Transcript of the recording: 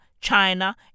China